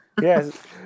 Yes